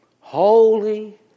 Holy